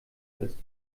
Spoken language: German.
bist